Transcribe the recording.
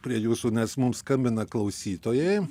prie jūsų nes mums skambina klausytojai